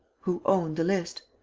who owned the list?